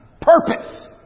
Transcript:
Purpose